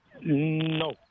No